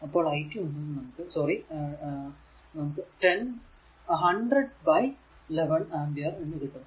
അപ്പോൾ i 2 എന്നത് നമുക്ക് 10 സോറി 100 11 ആംപിയർ എന്ന് കിട്ടും